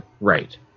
right